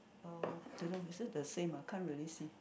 uh don't know is this the same ah can't really see